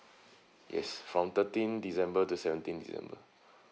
it's from thirteen december to seventeen december